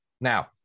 now